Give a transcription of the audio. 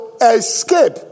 escape